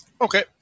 Okay